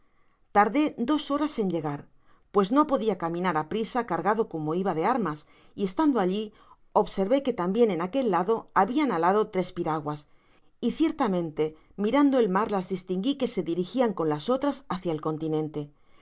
tardé dos horas en llegar pues no podia caminar á prisa cargado como iba de armas y estando alli observé que tambien en aquel lado habian balado tres piraguas y ciertamente mirando el mar las distingui que se dirigian con las otras hácia el continente en